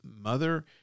mother